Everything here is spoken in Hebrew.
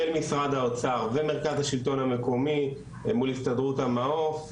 משרד האוצר ומרכז השלטון המקומי אל מול הסתדרות המעו"ף.